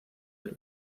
del